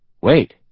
Wait